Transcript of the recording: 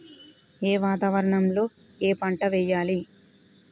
ఏ వాతావరణం లో ఏ పంట వెయ్యాలి?